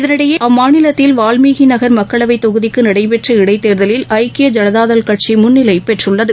இதனிடையே அம்மாநிலத்தில் வால்மீகி நகர் மக்களவை தொகுதிக்கு நடைபெற்ற இடைத் தேர்தலில் ஐக்கிய ஜனதா தள் கட்சி முன்னிலை பெற்றுள்ளது